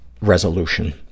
resolution